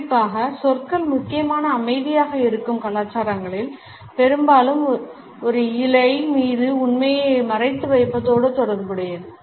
குறிப்பாக சொற்கள் முக்கியமான அமைதியாக இருக்கும் கலாச்சாரங்களில் பெரும்பாலும் ஒரு இழை மீது உண்மையை மறைத்து வைப்பதோடு தொடர்புடையது